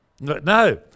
No